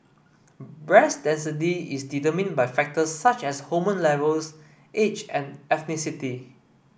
breast density is determined by factors such as hormone levels age and ethnicity